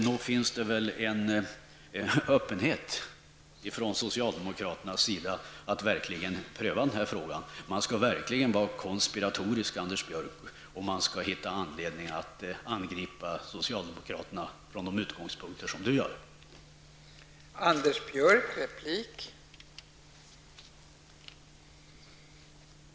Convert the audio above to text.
Nog finns det en öppenhet från socialdemokraternas sida att verkligen pröva den här frågan. Man skall verkligen vara konspiratorisk, Anders Björck, om man skall hitta anledning att angripa socialdemokraterna från de utgångspunkter som Anders Björck gör.